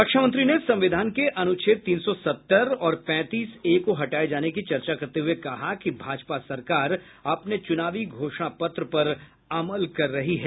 रक्षामंत्री ने संविधान के अनुच्छेद तीन सौ सत्तर और पैंतीस ए को हटाये जाने की चर्चा करते हुए कहा कि भाजपा सरकार अपने चुनावी घोषणापत्र पर अमल कर रही है